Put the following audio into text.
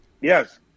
Yes